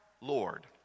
Lord